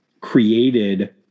created